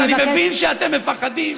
אני מבין שאתם מפחדים לשמוע את האמת,